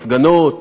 הפגנות,